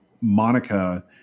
Monica